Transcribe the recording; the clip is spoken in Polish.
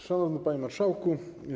Szanowny Panie Marszałku!